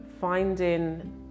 finding